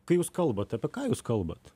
kai jūs kalbat apie ką jūs kalbat